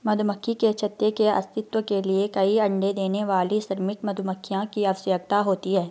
मधुमक्खी के छत्ते के अस्तित्व के लिए कई अण्डे देने वाली श्रमिक मधुमक्खियों की आवश्यकता होती है